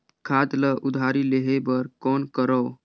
खाद ल उधारी लेहे बर कौन करव?